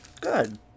good